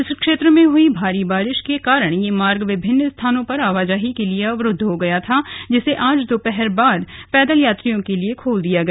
इस क्षेत्र में हई भारी बारिश के कारण यह मार्ग विभिन्न स्थानों पर आवाजाही के लिए अवरूद्व हो गया था जिसे आज दोपहर बाद पैदल यात्रियों के लिए खोल दिया गया